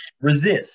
resist